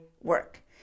work